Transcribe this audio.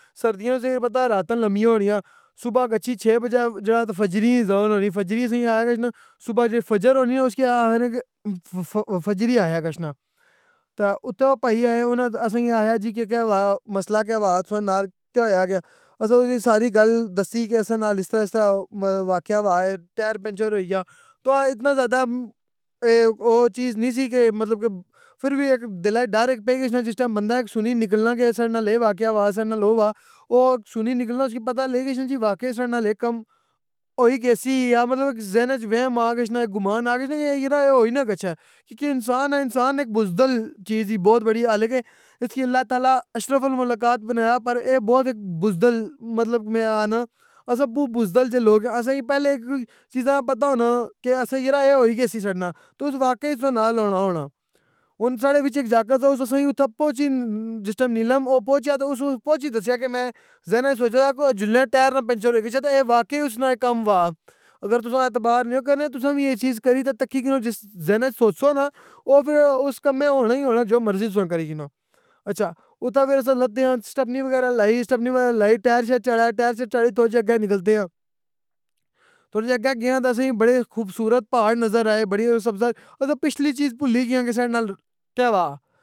سردیاں کی رسیاں پتہ راتاں لمبیاں ہونیاں، صبح گچھی چھ بجے جیڑا فجر نی اذان ہو نئی تے فجر ایں آہ اے گچھناں، صبح جیڑی فجر ہو نئی اسکی آخنے کے فجر ای آخیا گچھنا۔ تے اتھے او پاییں آے ان آں اسساں کی آخیا جی کے، کے زا مسلّہ کے زا تسیں نال کے ہویا گیا، اسساں ساری گل دسسی کے اسساں نال اس طراں اس طراں واقعہ ہویا۔ ٹائر پنچیر ہوئی یا، تے او اتنا زیادہ او چیز نے سی کے ، مطلب کے، فیر وی ایک ڈر دل اے پئی گچھنا، بندہ جس ٹائم سنی گچھنا کے اسساں نال اے واقعہ ہوآ، اسساں نال او واقعہ ہوآ۔ او سنی نکلنا اسکی پتہ لئی گچھنا جی کے واقعہ اسساں نال اے کم ہوئی گیسی، یا مطلب ذہن اچ ایک وہیم آ گچھنا گمان آ گچھنا کے اے را یو ہوئی نا گچھے۔ کیاں کے انسان اے، انسان ایک بزدل چیز دی بہت بڑی، حلانکہ اس کی اللہ تعلی اشرف المخلوقات بنایا مگر اے بہت ہی بزدل مطلب میں آخنیاں ، اسساں بوؤں بزدل جیے لوگ ہیں اسساں پہلے چیزاں کی پتہ ہونا کہ اسساں یارا اے ہوئی گیسی سڈے نال۔ تے واقعی او سڈے نال ہونا ہونا۔ ہن ساڑے وچ اک جاکت اے او اسساں کی اوتھے پہنچی جس ٹائم نیلم جدوں او پہنچیا تے اس پہنچی دسیا کے میں زہن سوچیا سا کے جلنے ٹائر نا پنکچر ہوئی گچھے تے اے واقعی اسنا اے کم واہ۔ اگر تساں اعتبار نیا کرنے او تساں وی اے چیز کری تے تکی کھنو۔ جس زہناں اچ سوچ سو نا اس کم کی ہونا ای ہونا اے جو مرضی تساں کی کری کنوں۔ اچھا! اتھے پھر اسساں لدیاں، اسٹپنی وغیرہ لائی ٹائر شائر چھڑایا ٹائر شائر چاڑ کے تھوڑا جیا آگے نکلے گیاں۔ تھوڑا جیا آگّے گیاں تے اسسی بڑے خوبصورت پہاڑ نظر آیے، بڑی سبزہ، مطلب پچھلی چیز پلہی گیاں کسے نال کے واہ۔